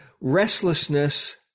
restlessness